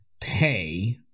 pay